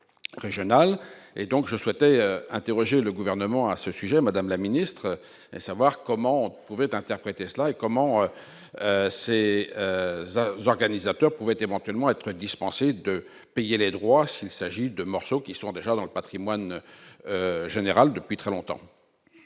régionale et donc je souhaitais interroger le gouvernement à ce sujet, Madame la Ministre, et savoir comment on pouvait interpréter cela et comment c'est organisateurs pouvaient éventuellement être dispensé de payer les droits, s'il s'agit de morceaux qui sont déjà dans le Patrimoine général depuis très longtemps.